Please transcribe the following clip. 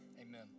amen